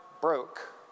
broke